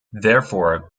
therefore